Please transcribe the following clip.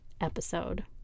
episode